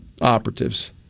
operatives